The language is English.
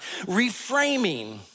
Reframing